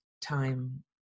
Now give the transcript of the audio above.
time